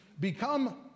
become